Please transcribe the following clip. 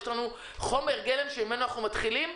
יש לנו חומר גלם שממנו אנחנו מתחילים,